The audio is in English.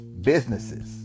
businesses